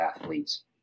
athletes